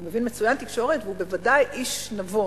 הוא מבין מצוין תקשורת והוא בוודאי איש נבון.